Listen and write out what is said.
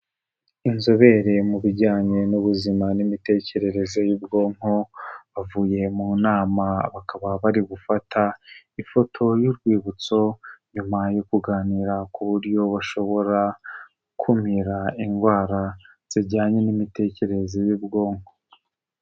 Inzobere mu bijyanye n'ubuzima n'imitekerereze y'ubwonko, bavuye mu nama bakaba bari gufata ifoto y'urwibutso, nyuma yo kuganira ku buryo bashobora gukumira indwara zijyanye n'imitekerereze y'ubwonko.